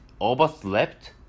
overslept